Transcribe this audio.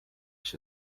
się